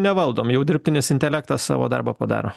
nevaldom jau dirbtinis intelektas savo darbą padaro